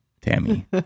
Tammy